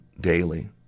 daily